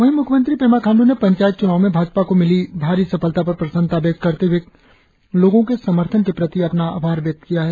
वही म्ख्यमंत्री पेमा खांडू ने पंचायत च्नावों में भाजपा को मिली भारी सफलता पर प्रसन्नता व्यक्त करते हुए लोगो के समर्थन के प्रति अपना आभार व्यक्त किया है